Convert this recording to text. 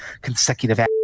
consecutive